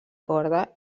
corda